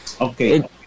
Okay